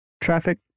traffic